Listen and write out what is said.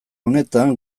honetan